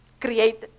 create